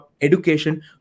education